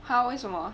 !huh! 为什么